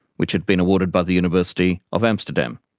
which had been awarded by the university of amsterdam.